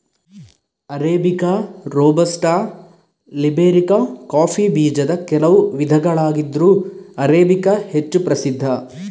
arabica, robusta, liberica coffee ಬೀಜದ ಕೆಲವು ವಿಧಗಳಾಗಿದ್ರೂ ಅರೇಬಿಕಾ ಹೆಚ್ಚು ಪ್ರಸಿದ್ಧ